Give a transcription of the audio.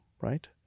right